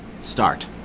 start